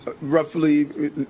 roughly